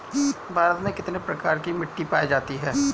भारत में कितने प्रकार की मिट्टी पाई जाती हैं?